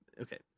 Okay